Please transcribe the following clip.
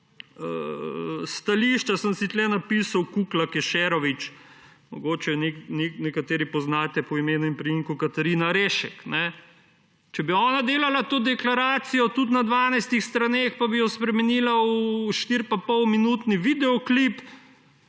stališča, sem si tu napisal Kukla Kešerović, mogoče jo nekateri poznate po imenu in priimku Katarina Rešek. Če bi ona delala to deklaracijo tudi na 12 straneh pa bi jo spremenila v štiriinpolminutni videoklip,